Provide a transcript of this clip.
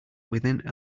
within